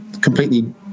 completely